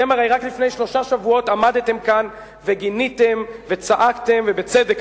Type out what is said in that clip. הרי אתם רק לפני שלושה שבועות עמדתם כאן וגיניתם וצעקתם ובצדק,